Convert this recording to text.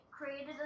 created